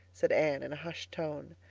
said anne in a hushed tone.